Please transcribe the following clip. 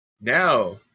Now